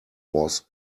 was